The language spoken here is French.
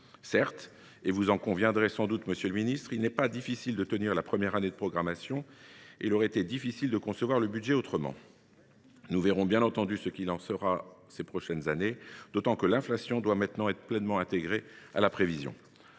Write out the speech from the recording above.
Certes – vous en conviendrez sans doute, monsieur le garde des sceaux –, il n’est pas difficile de tenir la première année de programmation et il aurait été difficile de concevoir le budget autrement. Nous verrons, bien entendu, ce qu’il en sera dans les prochaines années, d’autant que l’inflation doit être maintenant pleinement intégrée à la prévision.